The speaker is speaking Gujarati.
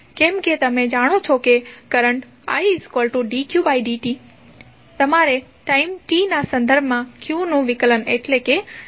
કેમકે તમે જાણો છો કે કરંટ idqdt તમારે ટાઇમ t ના સંદર્ભમાં q નુ વિકલન કરવુ પડશે